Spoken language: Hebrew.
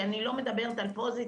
כי אני לא מדברת על פוזיטיב,